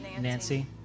Nancy